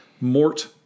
Mort